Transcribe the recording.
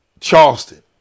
Charleston